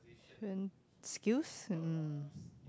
friend and